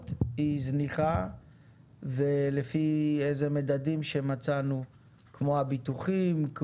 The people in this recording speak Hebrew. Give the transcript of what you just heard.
היא זניחה ולפי איזה מדדים שמצאנו כמו ביטוחים,